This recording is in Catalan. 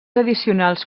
addicionals